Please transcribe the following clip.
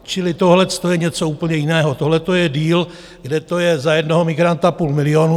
Čili tohle je něco úplně jiného, tohle je deal, kde to je za jednoho migranta půl milionu.